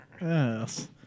Yes